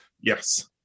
Yes